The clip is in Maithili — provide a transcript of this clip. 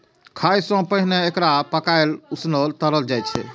खाय सं पहिने एकरा पकाएल, उसनल, तरल जाइ छै